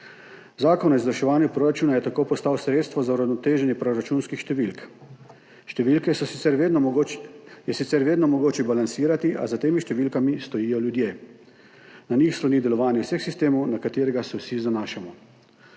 Zakon o izvrševanju proračuna je tako postal sredstvo za uravnoteženje proračunskih številk. Številke je sicer vedno mogoče balansirati, a za temi številkami stojijo ljudje. Na njih sloni delovanje vseh sistemov, na katere se vsi zanašamo,